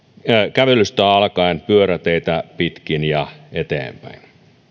kävelystä alkaen pyöräteitä pitkin ja eteenpäin